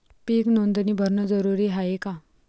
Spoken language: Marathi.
पीक नोंदनी भरनं जरूरी हाये का?